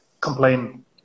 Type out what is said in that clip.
complain